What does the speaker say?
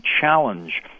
challenge